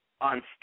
on